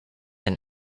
and